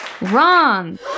Wrong